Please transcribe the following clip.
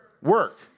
work